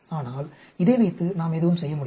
ஆனால் இதை வைத்து நாம் எதுவும் செய்ய முடியாது